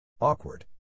Awkward